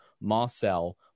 Marcel